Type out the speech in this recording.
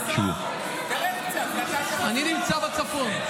אני נמצא בצפון,